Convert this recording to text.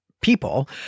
people